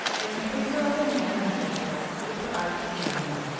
when the figure of a man on horseback drew her eyes to the window.